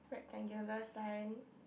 rectangular sign